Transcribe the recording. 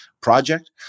project